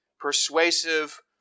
persuasive